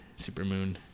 supermoon